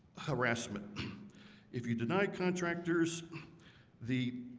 harassment if you deny contractors the